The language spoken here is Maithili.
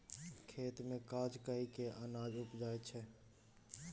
खेत मे काज कय केँ अनाज उपजाबै छै